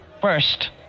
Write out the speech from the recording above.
first